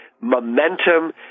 momentum